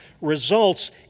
results